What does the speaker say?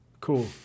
Cool